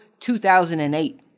2008